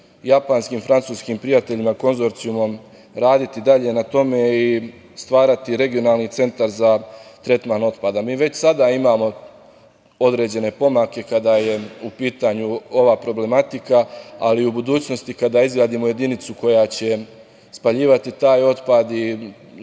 japanskim, francuskim prijateljima, konzorcijumom raditi dalje na tome i stvarati regionalni centar za tretman otpada. Mi već sada imamo određene pomake kada je u pitanju ova problematika, ali u budućnosti kada izgradimo jedinicu koja će spaljivati taj otpad i